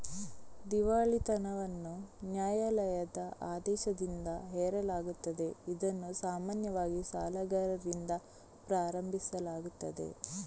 ದಿವಾಳಿತನವನ್ನು ನ್ಯಾಯಾಲಯದ ಆದೇಶದಿಂದ ಹೇರಲಾಗುತ್ತದೆ, ಇದನ್ನು ಸಾಮಾನ್ಯವಾಗಿ ಸಾಲಗಾರರಿಂದ ಪ್ರಾರಂಭಿಸಲಾಗುತ್ತದೆ